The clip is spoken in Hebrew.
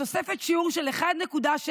בתוספת שיעור של 1.7%